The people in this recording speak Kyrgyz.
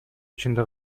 ичинде